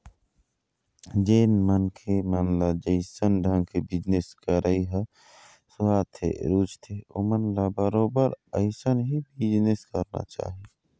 जेन मनखे मन ल जइसन ढंग के बिजनेस करई ह सुहाथे, रुचथे ओमन ल बरोबर अइसन ही बिजनेस करना चाही